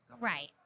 Right